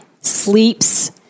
sleeps